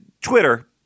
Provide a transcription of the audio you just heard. Twitter –